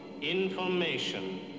information